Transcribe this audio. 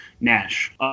Nash